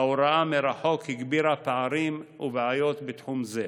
ההוראה מרחוק הגבירה הפערים ואת הבעיות בתחום זה.